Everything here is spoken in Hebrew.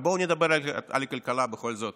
אבל בואו נדבר רגע על כלכלה, בכל זאת,